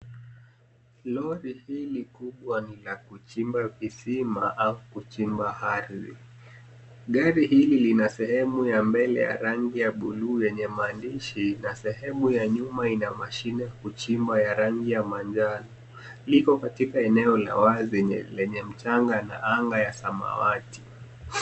Lori hili kubwa ni la kuchimba visima au kuchimba ardhi. Gari hili lina sehemu ya mbele ya rangi ya buluu yenye maandishi na sehemu ya nyuma ina mashine ya kuchimba ya rangi ya manjano. Liko katika eneo la wazi lenye mchanga na anga ya samawati.